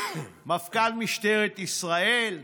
מפכ"ל משטרת ישראל,